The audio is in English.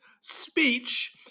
speech